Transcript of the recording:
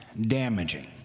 damaging